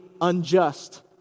unjust